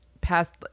passed